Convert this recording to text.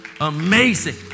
Amazing